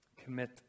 Commit